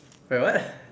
wait what